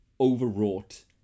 overwrought